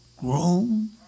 grown